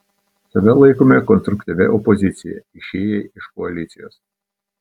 save laikome konstruktyvia opozicija išėję iš koalicijos